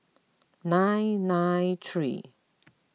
nine nine three